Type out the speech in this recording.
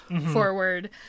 forward